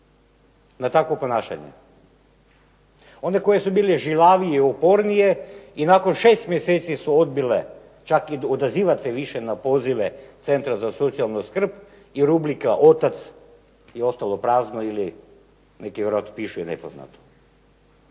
na takvo ponašanje? One koje su bile žilavije, upornije i nakon 6 mj. su odbile čak i odazivat se više na pozive Centra za socijalnu skrb i rubrika otac je ostala prazna ili piše nepoznato.